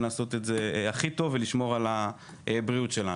לעשות את זה הכי טוב ולשמור על הבריאות שלנו.